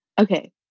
Okay